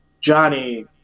Johnny